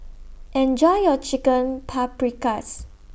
Enjoy your Chicken Paprikas